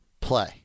play